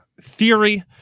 theory